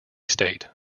state